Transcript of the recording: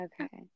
Okay